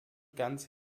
ganz